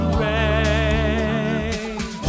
rain